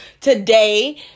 today